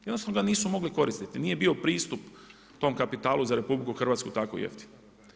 Jednostavno ga nisu mogli koristiti, nije bio pristup tom kapitalu za RH tako jeftino.